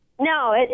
No